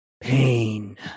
pain